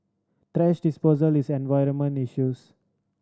disposal is an environmental issues